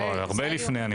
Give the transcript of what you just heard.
הרבה לפני.